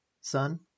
Son